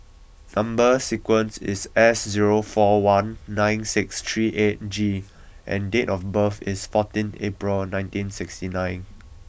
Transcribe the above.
number sequence is S zero four one nine six three eight G and date of birth is forteenth April nineteen sixty nine